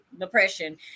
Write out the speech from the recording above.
depression